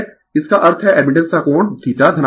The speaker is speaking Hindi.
इसका अर्थ है इस मामले में एडमिटेंस का कोण धनात्मक है